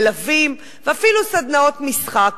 מלווים ואפילו סדנאות משחק.